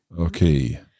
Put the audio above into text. Okay